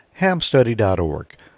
hamstudy.org